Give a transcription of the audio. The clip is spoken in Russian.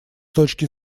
точки